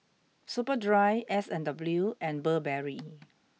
Superdry S and W and Burberry